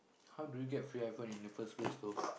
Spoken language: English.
how do you get free iPhone in the first place though